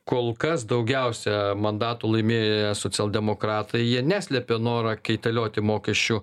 kol kas daugiausia mandatų laimė socialdemokratai jie neslėpė noro keitelioti mokesčių